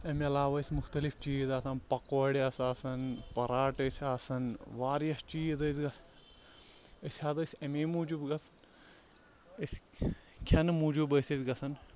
اَمہِ علاوٕ ٲسۍ مُختلِف چیٖز آسان پکوڑِ آسہٕ آسان پراٹہٕ ٲسۍ آسان واریاہ چیٖز ٲسۍ گژھ أسۍ حظ ٲسۍ اَمی موٗجوٗب گژھ أسۍ کھٮ۪نہٕ موٗجوٗب ٲسۍ أسۍ گژھان